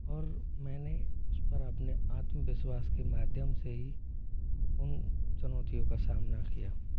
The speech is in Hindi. और मैंने उस पर अपने आत्मविश्वास के माध्यम से ही उन चुनौतियों का सामना किया